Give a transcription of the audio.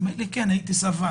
הוא אומר לי: כן, הייתי סרבן.